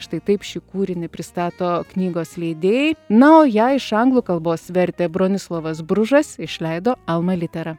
štai taip šį kūrinį pristato knygos leidėjai na o ją iš anglų kalbos vertė bronislovas bružas išleido alma littera